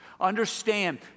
Understand